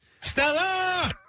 Stella